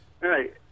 Right